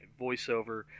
voiceover